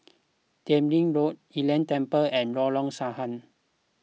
Teck Lim Road Lei Yin Temple and Lorong Sahad